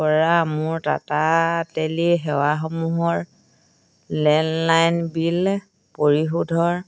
কৰা মোৰ টাটা টেলি সেৱাসমূহৰ লেণ্ডলাইন বিল পৰিশোধৰ